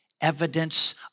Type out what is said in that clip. evidence